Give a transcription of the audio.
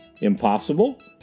Impossible